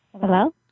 Hello